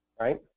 right